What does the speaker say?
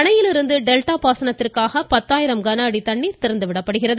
அணையிலிருந்து டெல்டா பாசனத்திற்காக பத்தாயிரம் கனஅடி தண்ணீர் திறந்துவிடப்படுகிறது